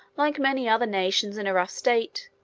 like many other nations in a rough state,